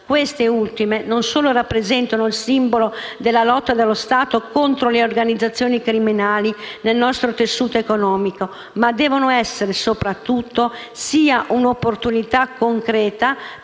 Queste ultime, non solo rappresentano il simbolo della lotta dello Stato contro le organizzazioni criminali nel nostro tessuto economico, ma devono soprattutto sia essere un'opportunità concreta